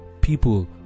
people